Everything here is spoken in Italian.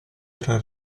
era